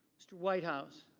mr. whitehouse.